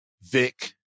Vic